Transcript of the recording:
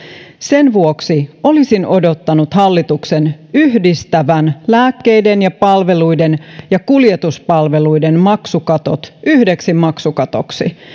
sen vuoksi olisin odottanut hallituksen yhdistävän lääkkeiden ja palveluiden ja kuljetuspalveluiden maksukatot yhdeksi maksukatoksi